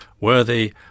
Worthy